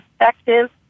effective